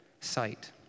sight